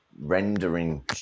rendering